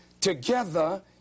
together